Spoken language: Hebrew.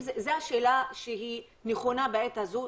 זו השאלה הנכונה בעת הזו,